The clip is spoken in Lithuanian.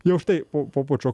jau štai po po pučo